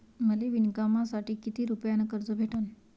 मले विणकामासाठी किती रुपयानं कर्ज भेटन?